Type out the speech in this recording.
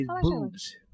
boobs